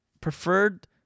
preferred